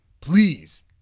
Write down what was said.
Please